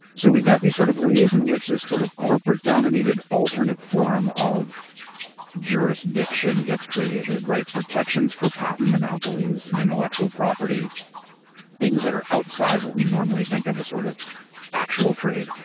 so we've got these sort of ways in which this sort of corporate-dominated alternate form of jurisdiction gets created, right? protections for patent monopolies and intellectual property things that are outside what we normally think of as sort of actual trade.